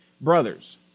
Brothers